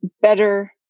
better